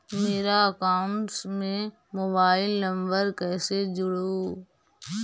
मेरा अकाउंटस में mobile number कैसे जुड़उ?